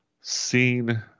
seen